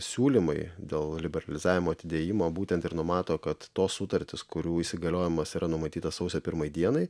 siūlymai dėl liberalizavimo atidėjimo būtent ir numato kad tos sutartys kurių įsigaliojimas yra numatytas sausio pirmai dienai